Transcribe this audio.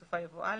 בסופה יבוא "א".